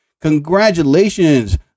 Congratulations